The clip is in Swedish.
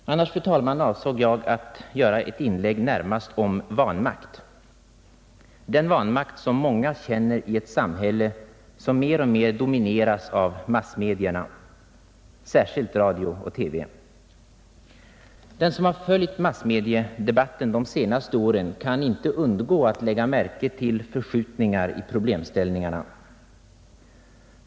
Jag avsåg, fru talman, närmast att göra ett inlägg om vanmakt — den vanmakt som många känner i ett samhälle som mer och mer domineras av massmedierna, särskilt radio och TV. Den som har följt massmediedebatten de senaste åren kan inte undgå att lägga märke till förskjutningar i problemställningarna.